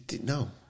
No